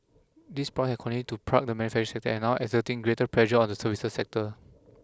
these have continued to plague the manufacturing sector and now exerting greater pressure on the services sector